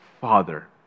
Father